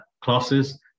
classes